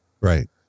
Right